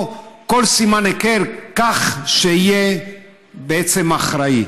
או כל סימן היכר כך שיהיה בעצם אחראי.